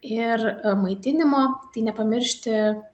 ir maitinimo tai nepamiršti